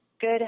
good